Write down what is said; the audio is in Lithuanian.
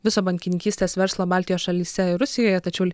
viso bankininkystės verslo baltijos šalyse ir rusijoje tačiau